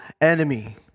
enemy